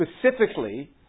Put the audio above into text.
specifically